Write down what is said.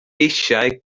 eisiau